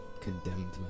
condemned